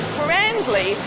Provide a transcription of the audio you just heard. friendly